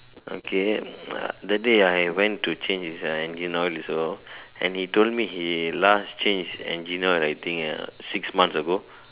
okay the day I went to change design he went also and he told me he last changed engine I think like six months ago